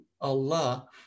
Allah